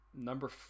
number